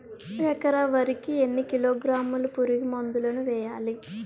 ఎకర వరి కి ఎన్ని కిలోగ్రాముల పురుగు మందులను వేయాలి?